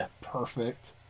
Perfect